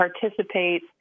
participate